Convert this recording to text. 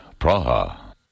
Praha